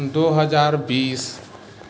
दुइ हजार बीस